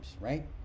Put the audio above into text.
right